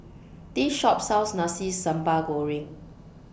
This Shop sells Nasi Sambal Goreng